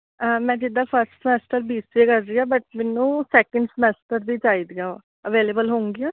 ਮੈਂ ਜਿੱਦਾਂ first semester B C A ਕਰ ਰਹੀ ਹਾਂ ਬਟ ਮੈਨੂੰ ਸੈਕਿੰਡ ਸਮੈਸਟਰ ਦੀ ਚਾਹੀਦੀਆਂ ਅਵੇਲੇਬਲ ਹੋਣਗੀਆਂ